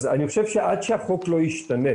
אז אני חושב שעד שהחוק לא ישתנה,